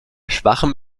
schwachem